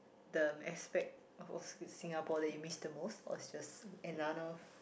the aspect of old Singapore that you miss the most or just another